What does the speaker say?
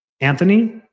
Anthony